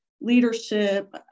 leadership